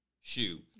shoe